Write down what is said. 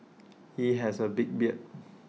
he has A big beard